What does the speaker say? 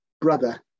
brother